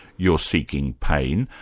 you're seeking pain,